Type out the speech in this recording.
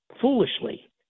foolishly